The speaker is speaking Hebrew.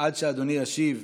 עד שאדוני ישיב,